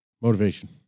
Motivation